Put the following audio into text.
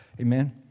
Amen